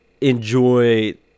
enjoy